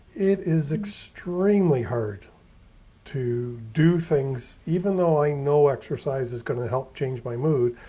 it is extremely hard to do things, even though i know exercise is going to help change my mood.